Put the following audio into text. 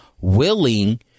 willing